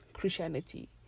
Christianity